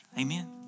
Amen